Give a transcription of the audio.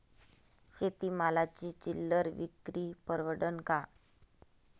शेती मालाची चिल्लर विक्री परवडन का?